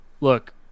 look